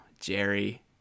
Jerry